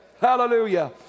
Hallelujah